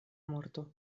morto